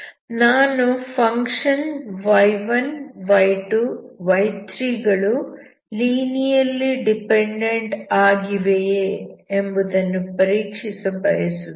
ನಾನು function y1 y2 y3 ಗಳು linearly dependent ಆಗಿವೆಯೇ ಎಂಬುದನ್ನು ಪರೀಕ್ಷಿಸಲು ಬಯಸುತ್ತೇನೆ